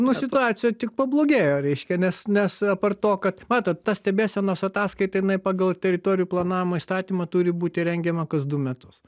nu situacija tik pablogėjo reiškia nes nes apart to kad matot ta stebėsenos ataskaita jinai pagal teritorijų planavimo įstatymą turi būti rengiama kas du metus